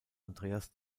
andreas